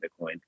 Bitcoin